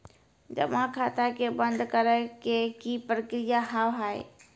जमा खाता के बंद करे के की प्रक्रिया हाव हाय?